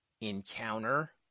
encounter